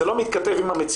זה לא מתכתב עם המציאות,